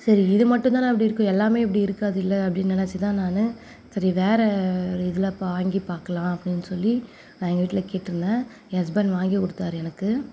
சரி இதுமட்டுந்தானே அப்படி இருக்கும் எல்லாமே அப்படி இருக்காதுல அப்படின்னு நினச்சி தான் நான் சரி வேற ஒரு இதில் வாங்கி பார்க்கலாம் அப்படின்னு சொல்லி நான் எங்கள் வீட்டில கேட்டிருந்தேன் என் ஹஸ்பண்ட் வாங்கிக்கொடுத்தாரு எனக்கு